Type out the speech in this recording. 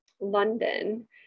London